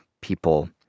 People